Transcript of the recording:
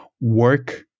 work